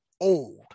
old